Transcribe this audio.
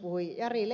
leppä